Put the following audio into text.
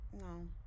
no